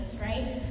right